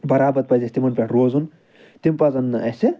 برابر پَزِ اسہِ تِمَن پٮ۪ٹھ روزُن تِم پَزَن نہٕ اسہِ